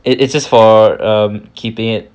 it it just for um keeping it